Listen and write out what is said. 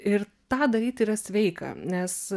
ir tą daryt yra sveika nes